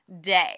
Day